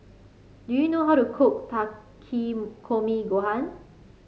do you know how to cook Takikomi Gohan